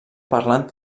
parlant